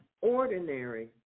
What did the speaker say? ordinary